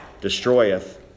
destroyeth